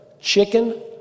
chicken